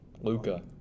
Luca